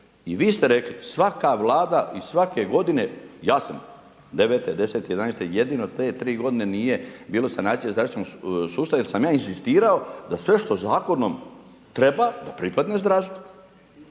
I vi ste rekli, svaka Vlada i svake godine jasno 9, 10, 11 jedino te tri godine nije bilo sanacija zdravstvenog sustava jer sam ja inzistirao da sve što zakonom treba da pripadne zdravstvu.